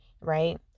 right